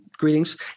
greetings